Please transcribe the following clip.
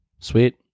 Sweet